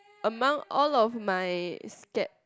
among all of my scared